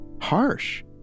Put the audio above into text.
Harsh